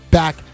back